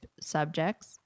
subjects